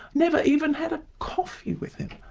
never even had a coffee with him'.